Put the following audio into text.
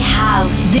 house